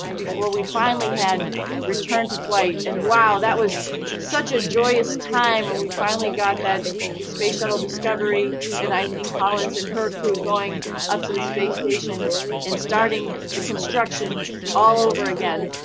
before we finally had returned to flight. and wow, that was such a joyous time when we finally got that the space shuttle discovery and eileen collins and her crew going up to the space station and starting the construction all over again.